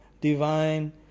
divine